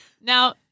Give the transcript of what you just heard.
Now